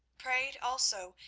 prayed also,